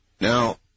Now